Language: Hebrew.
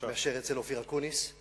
מאשר אצל אופיר אקוניס.